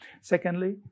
Secondly